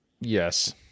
Yes